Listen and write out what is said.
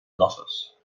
grosses